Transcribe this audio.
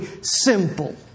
simple